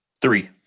three